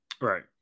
right